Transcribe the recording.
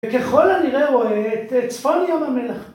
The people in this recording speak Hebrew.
וככל הנראה הוא צפון ים המלח.